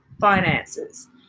finances